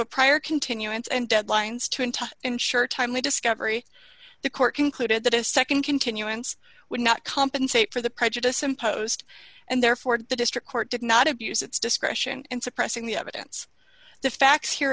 a prior continuance and deadlines to and to ensure timely discovery the court concluded that a nd continuance would not compensate for the prejudice imposed and therefore the district court did not abuse its discretion in suppressing the evidence the facts here